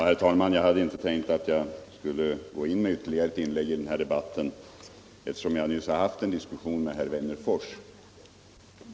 Herr talman! Jag hade inte tänkt göra något ytterligare inlägg i denna debatt, eftersom jag nyss haft en diskussion med herr Wennerfors.